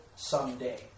Someday